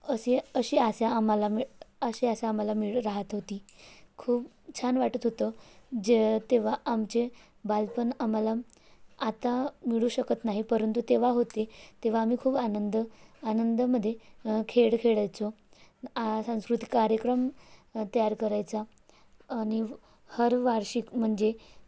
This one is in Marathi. असे अशी आशा आम्हाला मिळो अशी आशा आम्हाला मिळो राहात होती खूप छान वाटत होतं जे तेव्हा आमचे बालपण आम्हाला आता मिळू शकत नाही परंतु तेव्हा होते तेव्हा आम्ही खूप आनंद आनंदामध्ये खेळ खेळायचो सांस्कृतिक कार्यक्रम तयार करायचा आणि हर वार्षिक म्हणजे